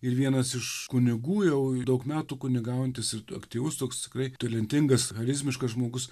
ir vienas iš kunigų jau daug metų kunigaujantis aktyvus toks tikrai talentingas charizmiškas žmogus